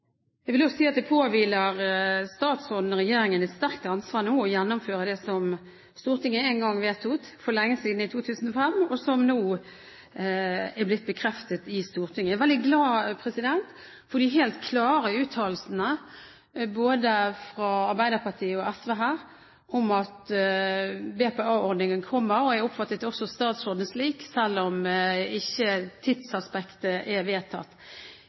Jeg vil jo si at det påhviler statsråden og regjeringen et sterkt ansvar nå å gjennomføre det som Stortinget én gang vedtok for lenge siden, i 2005, og som nå er blitt bekreftet i Stortinget. Jeg er veldig glad for de helt klare uttalelsene både fra Arbeiderpartiet og SV her om at BPA-ordningen kommer, og jeg oppfattet jo også statsråden slik, selv om ikke tidsaspektet er vedtatt.